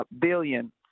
billion